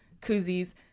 koozies